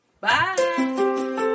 Bye